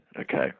okay